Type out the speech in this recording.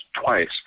twice